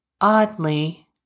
Oddly